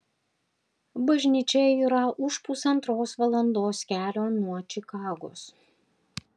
bažnyčia yra už pusantros valandos kelio nuo čikagos